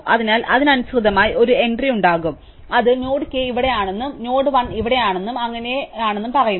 അതിനാൽ അതിനനുസൃതമായി ഒരു എൻട്രി ഉണ്ടാകും അത് നോഡ് k ഇവിടെയാണെന്നും നോഡ് l ഇവിടെയാണെന്നും അങ്ങനെയാണെന്നും പറയുന്നു